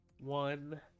one